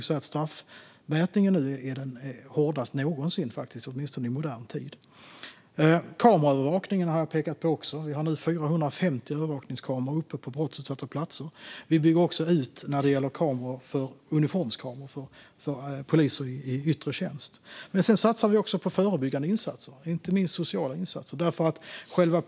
Straffmätningen nu är nog den hårdaste någonsin, åtminstone i modern tid. Jag har också pekat på kameraövervakningen. Vi har nu 450 övervakningskameror på brottsutsatta platser. Vi bygger också ut när det gäller uniformskameror för poliser i yttre tjänst. Men vi satsar också på förebyggande insatser, inte minst sociala insatser.